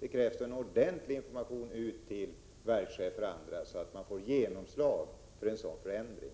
Det krävs en ordentlig information ut till verkschefer och andra för att få genomslag för en sådan förändring.